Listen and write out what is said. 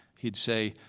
he'd say,